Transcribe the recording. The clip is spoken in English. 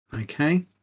okay